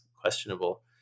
questionable